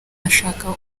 ashaka